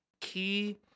key